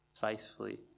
faithfully